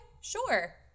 sure